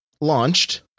launched